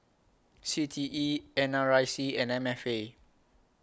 C T E N R I C and M F A